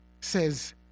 says